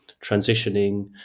transitioning